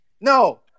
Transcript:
No